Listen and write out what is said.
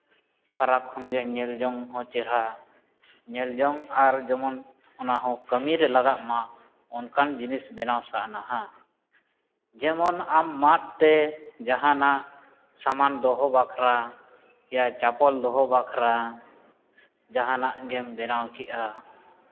ᱯᱷᱟᱨᱟᱠ ᱠᱷᱚᱱᱜᱮ ᱧᱮᱞ ᱡᱚᱝ ᱦᱚᱸ ᱪᱮᱦᱨᱟ ᱧᱮᱞ ᱡᱚᱝ ᱟᱨ ᱡᱮᱢᱚᱱ ᱚᱱᱟᱦᱚᱸ ᱠᱟᱹᱢᱤᱨᱮ ᱞᱟᱜᱟᱜ ᱢᱟ ᱚᱱᱠᱟᱱ ᱡᱤᱱᱤᱥ ᱵᱮᱱᱟᱣ ᱥᱟᱱᱟᱣᱟ ᱡᱮᱢᱚᱱ ᱟᱢ ᱢᱟᱫ ᱛᱮ ᱡᱟᱦᱟᱱᱟᱜ ᱥᱟᱢᱟᱱ ᱫᱚᱦᱚ ᱵᱟᱠᱷᱨᱟ ᱭᱟ ᱪᱟᱯᱯᱚᱞ ᱫᱚᱦᱚ ᱵᱟᱠᱷᱨᱟ ᱡᱟᱦᱟᱱᱟᱜ ᱜᱮᱢ ᱵᱮᱱᱟᱣ ᱠᱮᱫᱼᱟ